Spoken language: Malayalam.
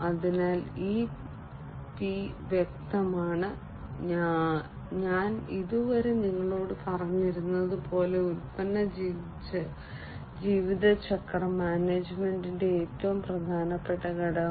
അതിനാൽ ഈ പി വ്യക്തമാണ് ഞാൻ ഇതുവരെ നിങ്ങളോട് പറഞ്ഞിരുന്നത് പോലെ ഉൽപ്പന്ന ജീവിതചക്രം മാനേജ്മെന്റിന്റെ ഏറ്റവും പ്രധാനപ്പെട്ട ഘടകം